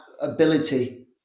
ability